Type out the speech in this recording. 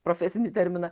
profesinį terminą